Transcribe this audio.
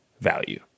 value